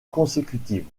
consécutive